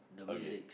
okay